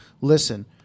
Listen